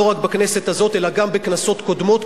לא רק בכנסת הזאת אלא גם בכנסות קודמות,